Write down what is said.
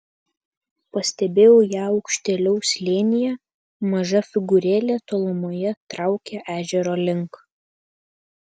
pastebėjau ją aukštėliau slėnyje maža figūrėlė tolumoje traukė ežero link